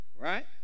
Right